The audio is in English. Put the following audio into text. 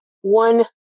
one